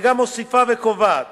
וגם מוסיפה וקובעת